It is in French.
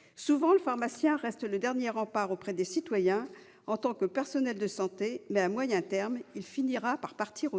réalité. Le pharmacien est souvent le dernier rempart auprès des citoyens en tant que personnel de santé, mais, à moyen terme, il finit aussi par partir.